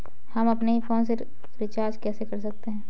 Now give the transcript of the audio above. हम अपने ही फोन से रिचार्ज कैसे कर सकते हैं?